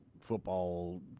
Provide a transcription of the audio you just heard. football